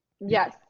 Yes